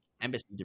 embassy